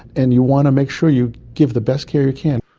and you want to make sure you give the best care you can.